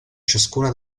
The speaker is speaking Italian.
ciascuna